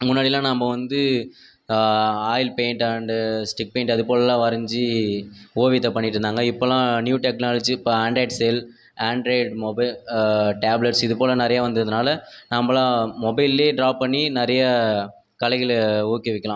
முன்னாடிலாம் நாம் வந்து oil paint and stick paint அதுபோலலாம் வரைஞ்சி ஓவியத்தை பண்ணிட்டுருந்தாங்க இப்போலாம் நியூ டெக்னாலஜி இப்போ android cell android mobile tablets இது போல நிறைய வந்ததுனால் நாம்ளாம் மொபைல்லே ட்ரா பண்ணி நிறைய கலைகளை ஊக்குவிக்கலாம்